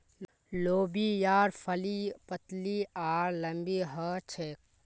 लोबियार फली पतली आर लम्बी ह छेक